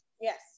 Yes